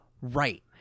Right